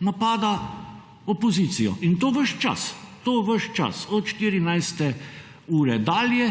napada opozicijo. In to ves čas. To ves čas. Od 14. ure dalje.